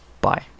Bye